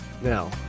Now